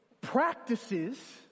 practices